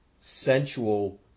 sensual